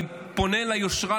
אני פונה ליושרה,